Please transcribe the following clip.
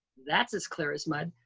that's as clear as mud.